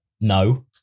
no